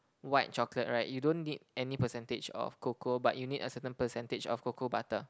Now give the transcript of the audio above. white chocolate right you don't need any percentage of cocoa but you need a certain percentage of cocoa butter